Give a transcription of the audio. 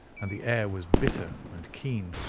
and the air was bitter and keen.